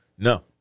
No